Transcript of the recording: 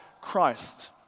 Christ